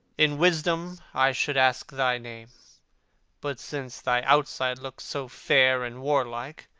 in wisdom i should ask thy name but since thy outside looks so fair and warlike,